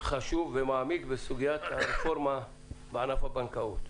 חשוב ומעמיק בסוגיית הרפורמה בענף הבנקאות.